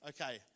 Okay